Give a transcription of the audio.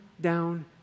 down